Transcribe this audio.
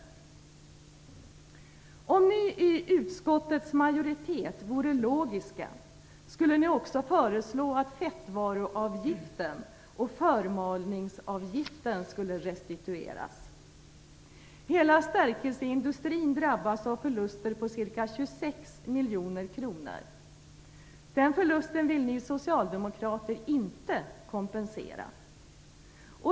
Om ni i utskottets majoritet vore logiska skulle ni också föreslå att fettvaruavgiften och förmalningsavgiften skulle restitueras. Hela stärkelseindustrin drabbas av förluster på ca 26 miljoner kronor. Den förlusten vill ni socialdemokrater inte kompensera.